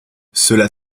cela